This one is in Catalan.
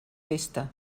festa